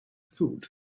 food